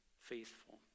faithful